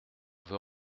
veut